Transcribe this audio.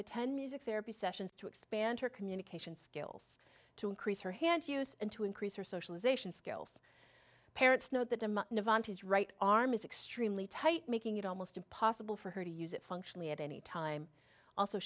attend music therapy sessions to expand her communication skills to increase her hand use and to increase her socialization skills parents know that among his right arm is extremely tight making it almost impossible for her to use it functionally at any time also